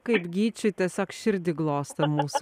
kaip gyčiui tiesiog širdį glosto mūsų